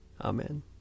Amen